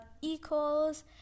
Equals